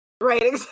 right